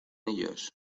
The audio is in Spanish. ellos